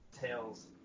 Tails